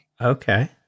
Okay